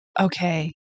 Okay